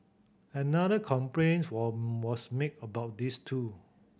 another complaint were was made about this too